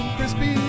Crispy